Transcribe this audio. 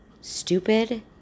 stupid